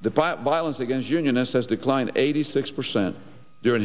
the violence against unionist has declined eighty six percent during